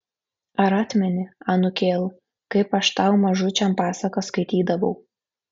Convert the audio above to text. ar atmeni anūkėl kaip aš tau mažučiam pasakas skaitydavau